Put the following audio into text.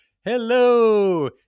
hello